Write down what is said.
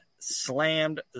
slammed